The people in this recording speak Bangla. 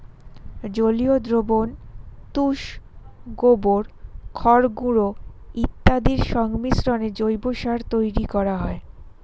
জলীয় দ্রবণ, তুষ, গোবর, খড়গুঁড়ো ইত্যাদির সংমিশ্রণে জৈব সার তৈরি করা হয়